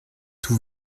tout